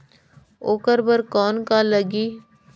ओकर बर कौन का लगी?